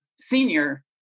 Senior